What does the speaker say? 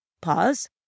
pause